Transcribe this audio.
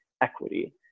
equity